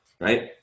right